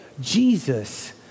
Jesus